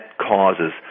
causes